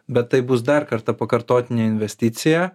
bet tai bus dar kartą pakartotinė investicija